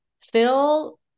Phil